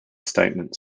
statement